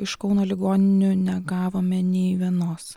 iš kauno ligoninių negavome nei vienos